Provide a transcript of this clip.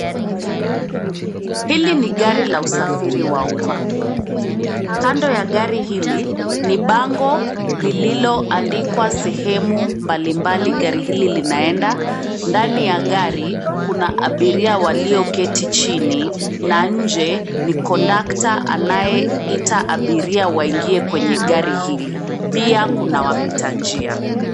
Hili ni gari la usafiri wa umma. Kando ya gari hili ni bango lililoandikwa sehemu mbalimbali gari hili linaenda. Ndani ya gari kuna abiria walioketi chini, na nje ni kondakta anayeita abiria waingie kwenye gari hili. Pia kuna wapita njia.